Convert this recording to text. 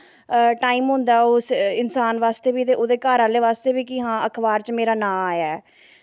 time होंदा इंसान बास्तै बी ते ओह्दे घर आह्लें बास्तै बी केह् अखबार बिच्च मेरा नांऽ आया ऐ